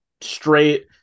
straight –